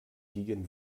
gegen